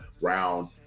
round